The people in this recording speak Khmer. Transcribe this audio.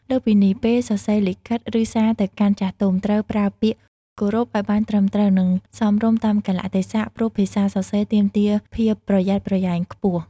លើសពីនេះ ពេលសរសេរលិខិត ឬសារទៅកាន់ចាស់ទុំ ត្រូវប្រើពាក្យគោរពឱ្យបានត្រឹមត្រូវ និងសមរម្យតាមកាលៈទេសៈ ព្រោះភាសាសរសេរទាមទារភាពប្រយ័ត្នប្រយែងខ្ពស់។